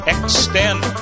Extend